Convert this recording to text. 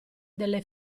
delle